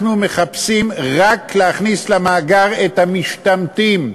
אנחנו מחפשים רק להכניס למאגר את המשתמטים,